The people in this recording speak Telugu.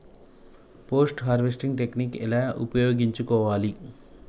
పోస్ట్ హార్వెస్టింగ్ టెక్నిక్ ఎలా ఉపయోగించుకోవాలి?